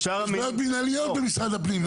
או בעיות מנהליות במשרד הפנים?